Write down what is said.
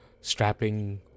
Strapping